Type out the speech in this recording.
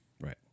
right